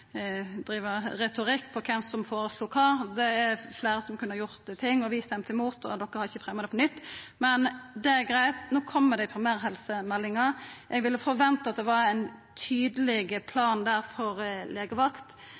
driva retorikk om kven som føreslo kva. Det er fleire som kunne ha gjort noko. Vi stemte imot, og det er ikkje fremja noko nytt. Men det er greitt, no kjem det i primærhelsemeldinga. Eg vil forventa at det er ein tydeleg plan for